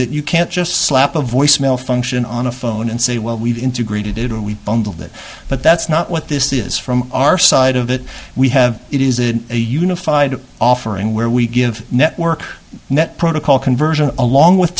that you can't just slap a voicemail function on a phone and say well we've integrated it and we bundle that but that's not what this is from our side of it we have it is it a unified offering where we give network protocol conversion along with